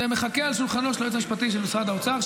זה מחכה על שולחנו של היועץ המשפטי של משרד האוצר,